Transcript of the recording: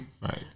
Right